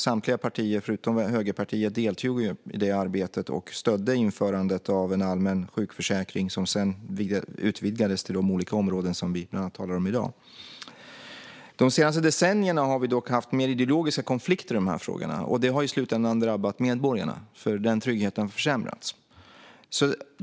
Samtliga partier förutom Högerpartiet deltog i arbetet och stödde införandet av en allmän sjukförsäkring som sedan utvidgades till de olika områden som vi talar om i dag. De senaste decennierna har vi dock haft mer ideologiska konflikter i dessa frågor, och det har i slutändan drabbat medborgarna i och med att tryggheten har försämrats.